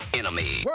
enemy